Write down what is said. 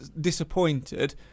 disappointed